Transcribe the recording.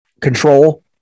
control